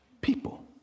people